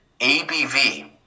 ABV